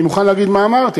אני מוכן להגיד מה אמרתי,